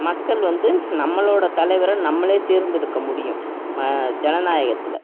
மக்கள் வந்து நம்மளோடய தலைவர நம்மளே தேர்ந்தெடுக்க முடியும் ஜனநாயகத்தில்